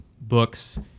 books